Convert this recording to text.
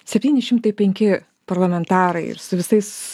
septyni šimtai penki parlamentarai ir su visais